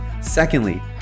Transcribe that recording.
Secondly